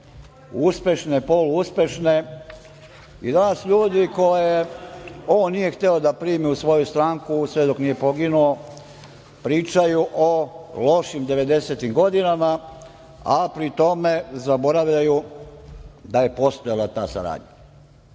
uspešne, polu uspešne i danas ljudi koje on nije hteo da primi u svoju stranku sve dok nije poginuo pričaju o lošim devedesetim godinama, a pri tome zaboravljaju da je postojala ta saradnja. Dame